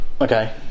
Okay